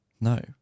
No